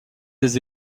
des